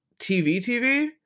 TV-TV